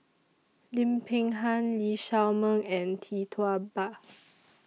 Lim Peng Han Lee Shao Meng and Tee Tua Ba